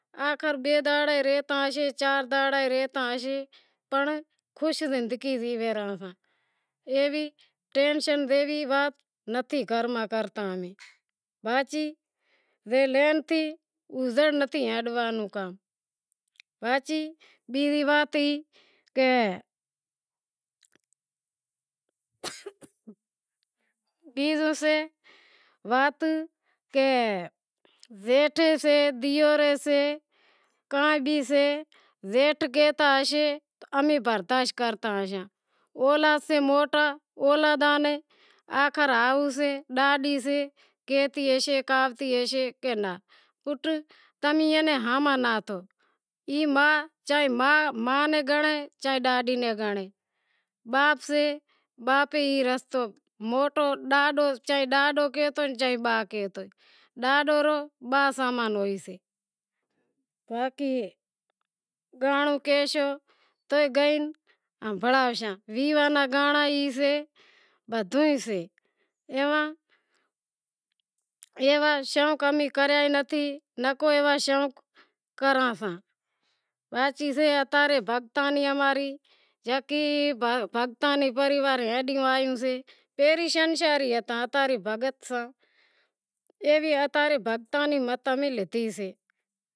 آخر بئے دہاڑا راہسیں ترن دہاڑا راہسیں پنر خوش زندگی جیوے رہاساں ایوی ٹینشن جیوی وات گھر میں نتھی کرتا، بیزی وات ای کہ بیزو سے وات کہ زیٹھ سے دیور سے کائیں بھی سے زیٹھ کہتا ہوشیں امیں برداشت کرتا زاں اولاد سے موٹا اولاد نیں آخر ہائو سے ڈاڈی سے کہتی ہوشے کاہوتی ہوشے کہ ناں پٹ تمیں ایئے نیں ہامہاں ناں تھیو ای ماں چاہے ماں ناں گنڑے چاہے ڈاڈی ناں گڑے باپ سے باپ ای رستو موٹو ڈاڈو کہتو چا اے با کہتو ڈاڈو رو با سمان ہوئیسے باقی گھنڑو کہیشو تو کائیں نی ہنبھڑائیشاں ویواہ زاں ہگائی سے بدہوں ئی سے ایواں ایوا شوق امیں کریا ئی نتھی نکو ایوا شوق کراں ساں باقی سے اتا ری بھگتاں نیں اماری یکی بھگتاں نو پریوار ہڈیوں آیوں سے پہری سنساری ہتا اتاری بھگت ساں ایوی اتاری بھگتاں ری مت امیں لیدہی سے۔